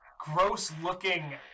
gross-looking